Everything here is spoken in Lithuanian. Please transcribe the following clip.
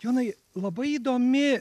jonai labai įdomi